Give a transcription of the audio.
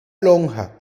lonja